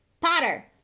Potter